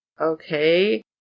okay